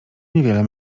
niewiele